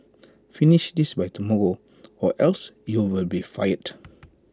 finish this by tomorrow or else you'll be fired